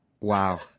Wow